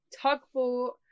Tugboat